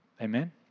Amen